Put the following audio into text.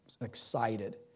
excited